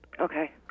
Okay